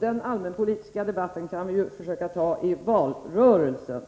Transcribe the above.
denna allmänpolitiska debatt kan vi väl försöka föra i valrörelsen.